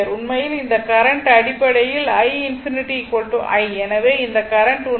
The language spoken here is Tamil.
உண்மையில் இந்த கரண்ட் அடிப்படையில் i∞ i எனவே இந்த கரண்ட் உண்மையில் i∞ i